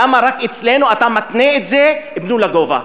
למה רק אצלנו אתה מתנה את זה: תבנו לגובה?